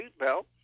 seatbelt